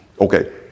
okay